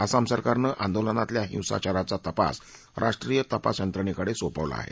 आसामसरकारनं आंदोलनातल्या हिसाचाराचा तपास राष्ट्रीय तपास यंत्रणेकडे सोपवला आहे